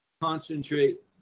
concentrate